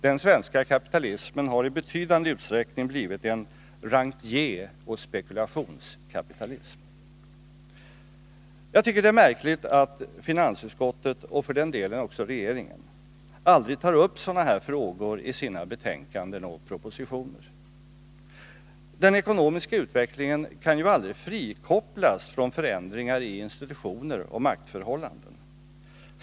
Den svenska kapitalismen har i betydande utsträckning blivit en rentieroch spekulationskapitalism. Jag tycker det är märkligt att finansutskottet — och för den delen också regeringen — aldrig tar upp sådana här frågor i sina betänkanden och propositioner. Den ekonomiska utvecklingen kan ju aldrig frikopplas från förändringar i institutioner och maktförhållanden.